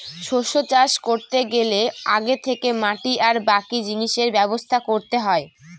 শস্য চাষ করতে গেলে আগে থেকে মাটি আর বাকি জিনিসের ব্যবস্থা করতে হয়